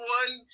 one